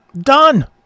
Done